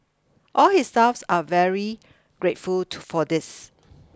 all his staffs are very grateful for this